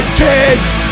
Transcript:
kids